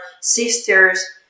sisters